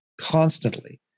constantly